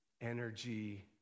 energy